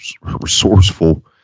resourceful